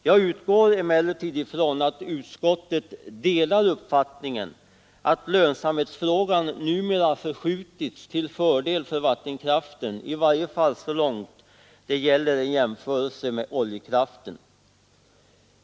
Jag utgår ifrån att utskottet delar uppfattningen att lönsamheten numera förskjutits till fördel för vattenkraften, i varje fall så långt det gäller en jämförelse med oljekraften.